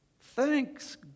thanks